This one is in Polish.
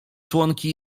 członki